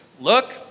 look